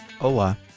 Ola